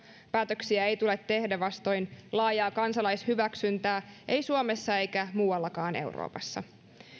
päätöksiä ei tule tehdä vastoin laajaa kansalaishyväksyntää ei suomessa eikä muuallakaan euroopassa